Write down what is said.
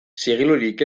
zigilurik